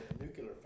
nuclear